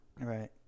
Right